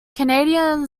canadian